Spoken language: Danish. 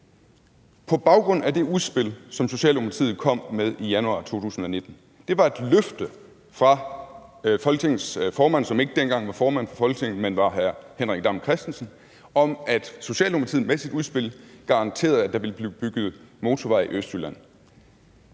på baggrund af det udspil, som Socialdemokratiet kom med i januar 2019. Det var et løfte fra Folketingets formand, som dengang ikke var formand for Folketinget, men som var hr. Henrik Dam Kristensen, om, at Socialdemokratiet med sit udspil garanterede, at der ville blive bygget motorveje i Østjylland.